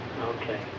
Okay